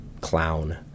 clown